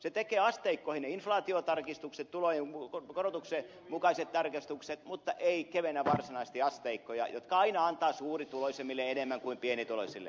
se tekee asteikkoihin inflaatiotarkistukset tulojen korotuksen mukaiset tarkistukset mutta ei kevennä varsinaisesti asteikkoja mikä aina antaa suurituloisemmille enemmän kuin pienituloisille